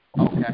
Okay